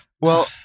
Well-